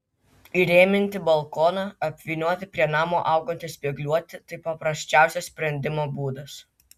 įrėminti balkoną apvynioti prie namo augantį spygliuotį tai paprasčiausias sprendimo būdas